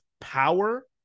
power